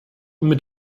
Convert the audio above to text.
mit